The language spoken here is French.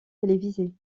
télévisées